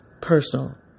personal